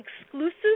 exclusive